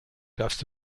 darfst